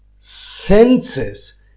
senses